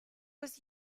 was